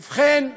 ובכן,